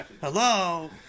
hello